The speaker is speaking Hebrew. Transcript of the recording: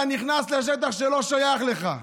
אתה נכנס לשטח שלא שייך לך.